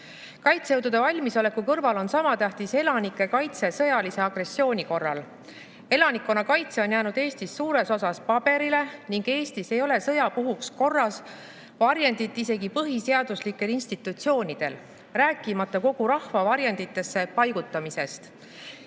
Kaitsejõudude valmisoleku kõrval on sama tähtis elanike kaitse sõjalise agressiooni korral. Elanikkonna kaitse on jäänud Eestis suures osas paberile ning Eestis ei ole sõja puhuks korras varjendit isegi põhiseaduslikel institutsioonidel, rääkimata kogu rahva varjenditesse paigutamisest. Eesti